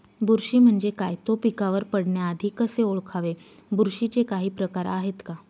बुरशी म्हणजे काय? तो पिकावर पडण्याआधी कसे ओळखावे? बुरशीचे काही प्रकार आहेत का?